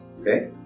okay